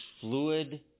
fluid